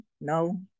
no